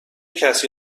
کسی